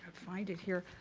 find it here.